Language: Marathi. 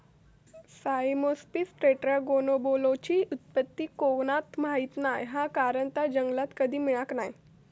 साइमोप्सिस टेट्रागोनोलोबाची उत्पत्ती कोणाक माहीत नाय हा कारण ता जंगलात कधी मिळाक नाय